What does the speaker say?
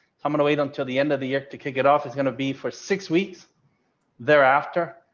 i'm gonna wait until the end of the year to kick it off, it's going to be for six weeks thereafter.